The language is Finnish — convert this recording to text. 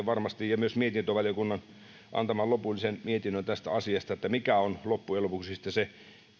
varmasti valiokunnissa ja mietintövaliokunnan antaman lopullisen mietinnön myötä saamme kuulla mikä on loppujen lopuksi sitten se